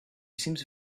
seems